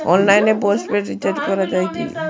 অনলাইনে postpaid recharge করা যায় কি?